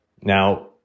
Now